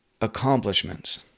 accomplishments